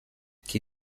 chi